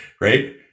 right